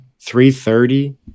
$330